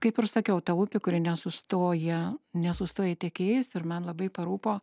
kaip ir sakiau ta upė kuri nesustoja nesustoja ji tekėjus ir man labai parūpo